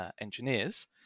Engineers